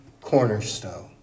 cornerstone